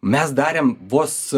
mes darėm vos